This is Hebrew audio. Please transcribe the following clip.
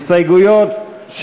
הסתייגויות,